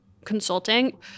consulting